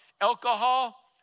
alcohol